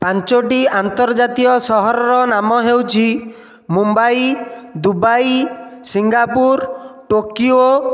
ପାଞ୍ଚଗୋଟି ଆନ୍ତର୍ଜାତୀୟ ସହରର ନାମ ହେଉଛି ମୁମ୍ୱାଇ ଦୁବାଇ ସିଙ୍ଗାପୁର ଟୋକିଓ